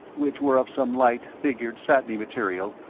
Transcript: which were of some light, figured satiny material,